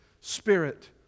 spirit